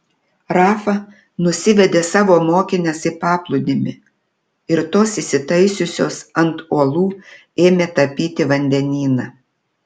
rafa nusivedė savo mokines į paplūdimį ir tos įsitaisiusios ant uolų ėmė tapyti vandenyną